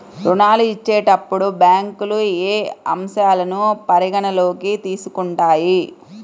ఋణాలు ఇచ్చేటప్పుడు బ్యాంకులు ఏ అంశాలను పరిగణలోకి తీసుకుంటాయి?